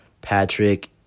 Patrick